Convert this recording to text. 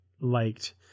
liked